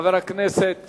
חבר הכנסת